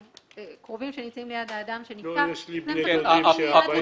קרובים שנמצאים ליד האדם שנפטר והם פשוט